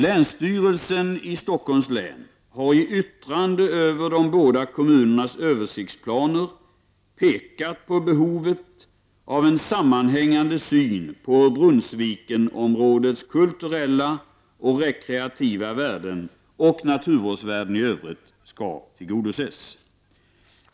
Länsstyrelsen i Stockholms län har i yttranden över de båda kommunernas översiktsplaner pekat på behovet av en sammanhängande syn på hur Brunnsvikenområdets kulturella och rekreativa värden och naturvårdsvärden i övrigt skall tillgodoses.